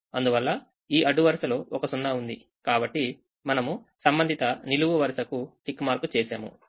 అందువల్ల ఈ అడ్డు వరుసలో ఒక సున్నా ఉంది కాబట్టి మనము సంబంధిత నిలువు వరుసకు టిక్ మార్క్ చేసాము